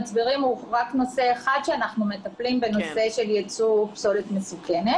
מצברים הוא רק נושא אחד שאנחנו מטפלים בנושא של יצוא פסולת מסוכנת.